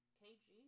kg